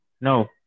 No